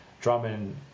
Drummond